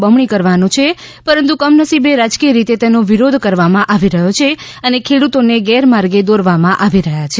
બમણી કરવાનો છે પરંતુ કમનસીબે રાજકીય રીતે તેનો વિરોધ કરવામાં આવી રહ્યો છે અને ખેડૂતોને ગેરમાર્ગે દોરવામાં આવી રહ્યા છે